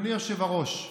אדוני היושב-ראש,